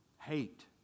hate